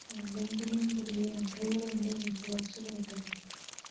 എന്തെങ്കിലും പുതിയ എൻട്രികൾ എൻ്റെ ഇൻബോക്സിൽ ഉണ്ടോ